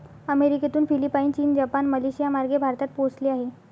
अमेरिकेतून फिलिपाईन, चीन, जपान, मलेशियामार्गे भारतात पोहोचले आहे